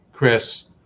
Chris